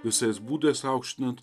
visais būdais aukštinant